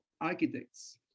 architects